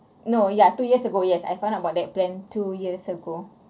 no ya two years ago yes I found out about that plan two years ago